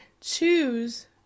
choose